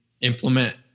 implement